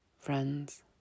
friends